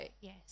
yes